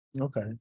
Okay